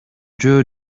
жөө